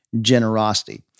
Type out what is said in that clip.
generosity